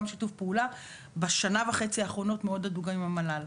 שיתוף פעולה בשנה וחצי האחרונות מאוד הדוק גם עם המל"ל,